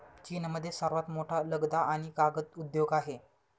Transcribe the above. चीनमध्ये सर्वात मोठा लगदा आणि कागद उद्योग आहे